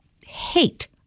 hate